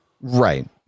right